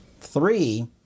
Three